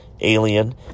alien